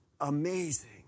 amazing